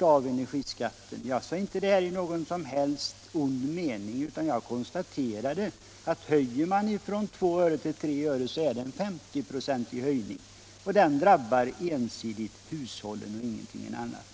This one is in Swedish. av energiskatten. Men jag sade inte det i någon som helst ond mening, utan jag konstaterade att en höjning från 2 öre till 3 öre är en 50-procentig höjning och att den ensidigt drabbar hushållen — ingenting annat.